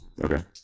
Okay